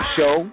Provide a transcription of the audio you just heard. Show